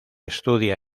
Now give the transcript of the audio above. estudia